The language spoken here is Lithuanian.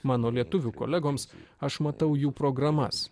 mano lietuvių kolegoms aš matau jų programas